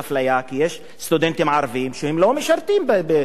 כי יש סטודנטים ערבים שלא משרתים בצבא,